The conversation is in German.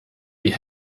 die